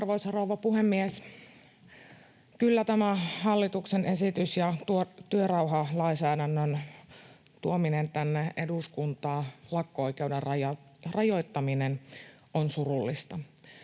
Arvoisa rouva puhemies! Kyllä tämä hallituksen esitys ja työrauhalainsäädännön tuominen tänne eduskuntaan, lakko-oikeuden rajoittaminen, on surullista.